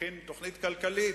מכין תוכנית כלכלית,